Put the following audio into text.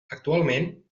actualment